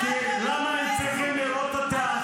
--- נחלת אבותינו.